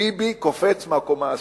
ביבי קופץ מהקומה העשירית,